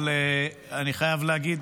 אבל אני חייב להגיד